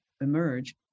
emerge